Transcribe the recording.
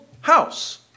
house